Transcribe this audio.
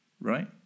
Right